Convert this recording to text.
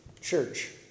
church